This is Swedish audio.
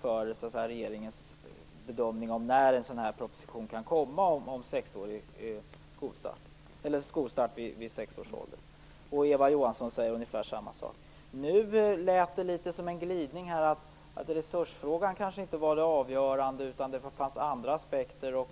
för regeringens bedömning av när en proposition om skolstart vid sex års ålder kan komma. Eva Johansson har sagt ungefär samma sak. Nu lät det som om det skett en glidning i resonemanget: Resursfrågan kanske inte var avgörande, utan det fanns andra aspekter.